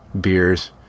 beers